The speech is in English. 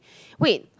wait